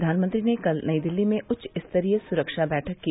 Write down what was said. प्रधानमंत्री ने कल नई दिल्ली में उच्च स्तरीय सुरक्षा बैठक की